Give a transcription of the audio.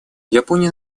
япония